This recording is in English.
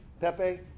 Pepe